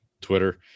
Twitter